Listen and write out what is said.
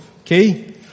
okay